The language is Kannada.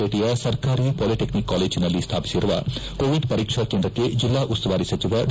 ಪೇಟೆಯ ಸರ್ಕಾರಿ ಪಾಲಿಟೆಕ್ಷಿಕ್ ಕಾಲೇಜಿನಲ್ಲಿ ಸ್ಥಾಪಿಸಿರುವ ಕೋವಿಡ್ ಪರೀಕ್ಷಾ ಕೇಂದ್ರಕ್ಕೆ ಜಿಲ್ಲಾ ಉಸ್ತುವಾರಿ ಸಚಿವ ಡಾ